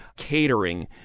catering